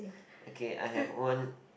okay I have one